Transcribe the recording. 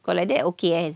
kalau like that okay eh